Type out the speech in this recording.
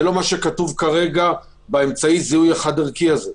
זה לא מה שכתוב כרגע באמצעי הזיהוי החד ערכי הזה.